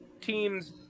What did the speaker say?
teams